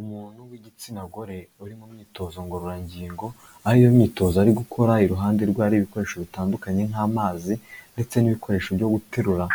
Umuntu w'igitsina gore uri mu myitozo ngororangingo aho iyo myitozo ari gukora iruhande rwe hari ibikoresho bitandukanye nk'amazi ndetse n'ibikoresho byo guterura,